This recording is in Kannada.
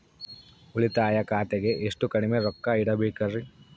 ಉಳಿತಾಯ ಖಾತೆಗೆ ಎಷ್ಟು ಕಡಿಮೆ ರೊಕ್ಕ ಇಡಬೇಕರಿ?